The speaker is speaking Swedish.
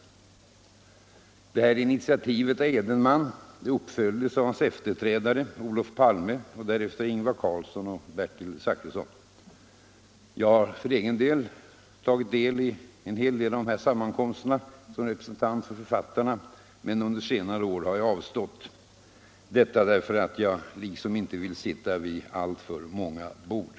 Edenmans initiativ följdes upp av hans efterträdare Olof Palme och därefter av Ingvar Carlsson och Bertil Zachrisson. Jag har deltagit i många av dessa sammankomster som representant för författarna, men under — Nr 37 senare år har jag avstått — detta därför att jag liksom inte vill sitta vid Torsdagen den alltför många bord.